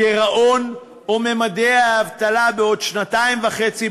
הגירעון או ממדי האבטלה בעוד שנתיים וחצי,